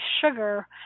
sugar